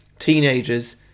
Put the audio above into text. Teenagers